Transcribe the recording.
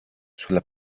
sulla